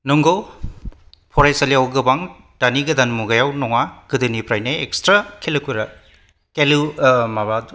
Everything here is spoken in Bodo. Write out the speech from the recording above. नोंगौ फरायसालिआव गोबां दानि गोदान मुगायाव नङा गोदोनिफ्रायनो एक्सट्रा